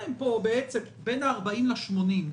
בין 40 ל-80 קילומטר.